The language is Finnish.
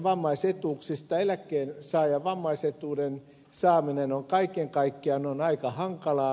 eläkkeensaajan vammaisetuuden saaminen on kaiken kaikkiaan aika hankalaa